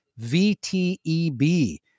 VTEB